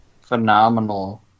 phenomenal